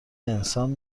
انسان